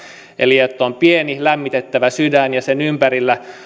eli on pieni lämmitettävä sydän ja sen ympärillä